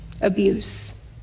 abuse